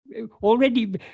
already